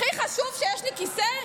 הכי חשוב שיש לי כיסא?